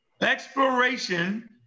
exploration